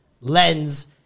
lens